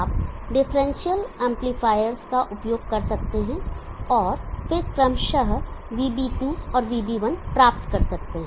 आप डिफरेंशियल एम्पलीफायरों का उपयोग कर सकते हैं और फिर क्रमशः VB2 और VB1 प्राप्त कर सकते हैं